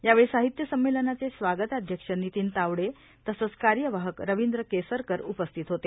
यावेळी साहित्य संमेलनाचे स्वागताध्यक्ष वितीन तावडे तसंच कार्यवाहक रविंद्र केसरकर उपस्थित होते